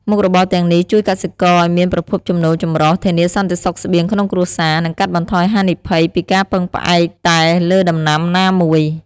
មុខរបរទាំងនេះជួយកសិករឱ្យមានប្រភពចំណូលចម្រុះ ធានាសន្តិសុខស្បៀងក្នុងគ្រួសារ និងកាត់បន្ថយហានិភ័យពីការពឹងផ្អែកតែលើដំណាំណាមួយ។